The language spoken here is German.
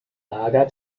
lager